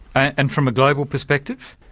and from a global perspective?